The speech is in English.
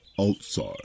outside